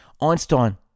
Einstein